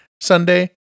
Sunday